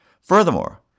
Furthermore